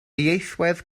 ieithwedd